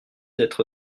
être